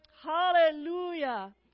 Hallelujah